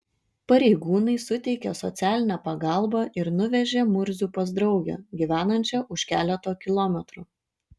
pareigūnai suteikė socialinę pagalbą ir nuvežė murzių pas draugę gyvenančią už keleto kilometrų